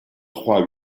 trois